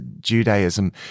Judaism